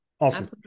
Awesome